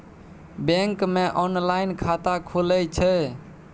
Bank मे online खाता खुले छै?